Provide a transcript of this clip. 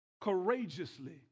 courageously